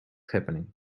happening